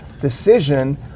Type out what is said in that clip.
decision